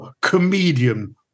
comedian